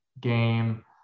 game